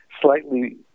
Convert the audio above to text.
slightly